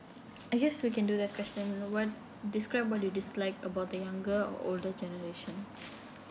I guess we can do that question you know what describe what you dislike about the younger or older generation